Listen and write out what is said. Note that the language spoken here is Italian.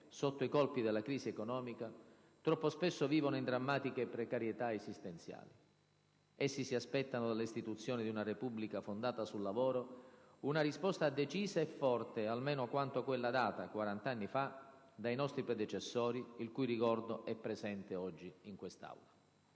sotto i colpi della crisi economica, troppo spesso vivono in drammatiche precarietà esistenziali. Essi si aspettano dalle istituzioni di una Repubblica fondata sul lavoro una risposta decisa e forte almeno quanto quella data, quarant'anni fa, dai nostri predecessori, il cui ricordo è presente oggi in quest'Aula.